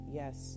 yes